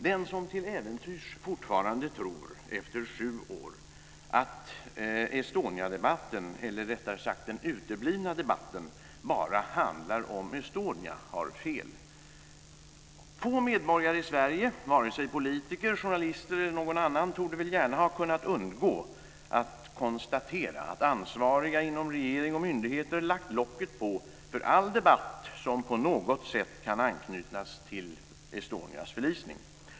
Den som till äventyrs fortfarande efter sju år tror att Estoniadebatten, eller rättare sagt den uteblivna debatten, bara handlar om Estonia har fel. Få medborgare i Sverige, vare sig politiker, journalister eller andra, torde väl ha kunnat undgå att konstatera att ansvariga inom regering och myndigheter lagt locket på för all debatt som på något sätt kan anknytas till Estonias förlisning.